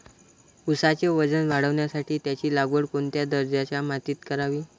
ऊसाचे वजन वाढवण्यासाठी त्याची लागवड कोणत्या दर्जाच्या मातीत करावी?